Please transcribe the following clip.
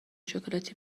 شکلاتی